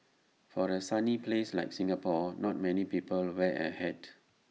for A sunny place like Singapore not many people wear A hat